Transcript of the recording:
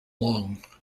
long